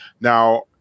Now